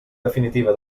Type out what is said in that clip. definitiva